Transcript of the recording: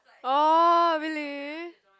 oh really